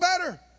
better